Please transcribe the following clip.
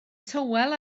tywel